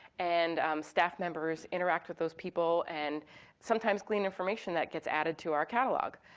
and staff members interact with those people and sometimes glean information that gets added to our catalog.